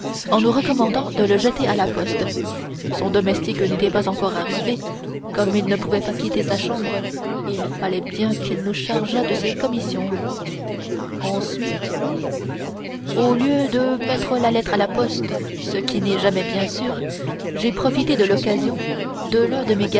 en nous recommandant de le jeter à la poste son domestique n'était pas encore arrivé comme il ne pouvait pas quitter sa chambre il fallait bien qu'il nous chargeât de ses commissions ensuite au lieu de mettre la lettre à la poste ce qui n'est jamais bien sûr j'ai profité de l'occasion de l'un de